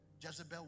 Jezebel